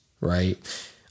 right